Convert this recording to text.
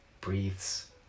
breathes